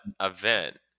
event